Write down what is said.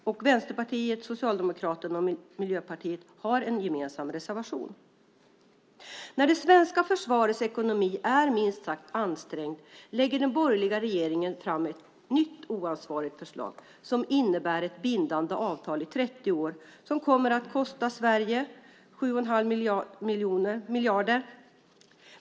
Vänsterpartiet, Socialdemokraterna och Miljöpartiet har en gemensam reservation. När det svenska försvarets ekonomi är minst sagt ansträngd lägger den borgerliga regeringen fram ett nytt oansvarigt förslag som innebär ett bindande avtal i 30 år som kommer att kosta Sverige 7 1⁄2 miljard.